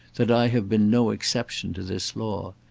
that i have been no exception to this law.